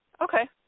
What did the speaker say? Okay